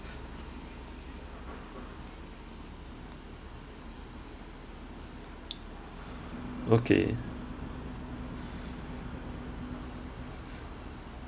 okay